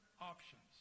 options